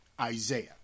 Isaiah